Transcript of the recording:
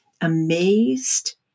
amazed